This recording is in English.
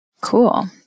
Cool